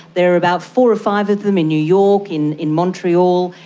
there are about four or five of them in new york, in in montreal,